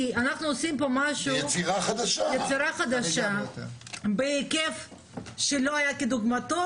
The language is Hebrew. אנחנו עושים פה משהו שהוא יצירה חדשה בהיקף שלא היה כדוגמתו.